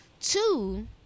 Two